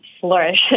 flourish